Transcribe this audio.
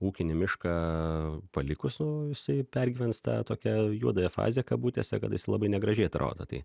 ūkinį mišką palikus nu jisai pergyvens tą tokią juodąją fazę kabutėse kada is labai negražiai atrodo tai